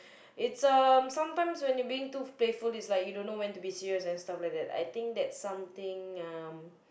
it's um sometimes when you're being too playful it's like you don't know when to be serious and stuff like that I think that's something um